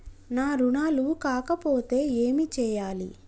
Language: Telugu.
నా రుణాలు కాకపోతే ఏమి చేయాలి?